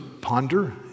ponder